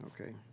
Okay